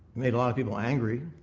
made a lot of people angry.